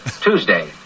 Tuesday